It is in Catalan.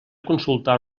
consultar